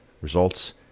results